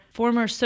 former